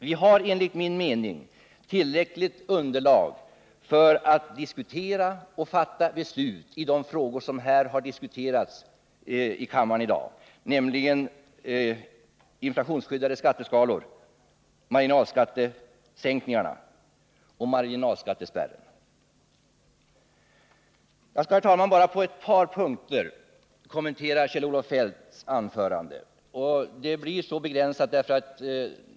Vi har enligt min mening tillräckligt underlag för att diskutera och fatta beslut om inflationsskyddade skatteskalor, marginalskattesänkningar och marginalskattespärr. Herr talman! Jag skall bara på ett par punkter kommentera Kjell-Olof Feldts anförande.